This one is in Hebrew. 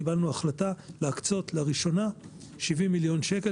קיבלנו החלטה להקצות לראשונה 70 מיליון שקל,